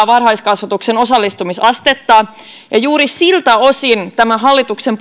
varhaiskasvatuksen osallistumisastetta ja juuri siltä osin hallituksen